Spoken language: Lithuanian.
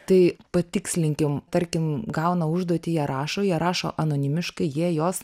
tai patikslinkim tarkim gauna užduotį jie rašo jie rašo anonimiškai jie jos